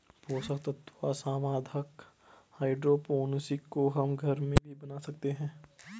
पोषक तत्व समाधान हाइड्रोपोनिक्स को हम घर में भी बना सकते हैं